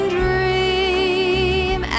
dream